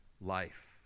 life